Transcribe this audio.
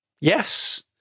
Yes